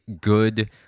good